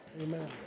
Amen